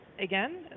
Again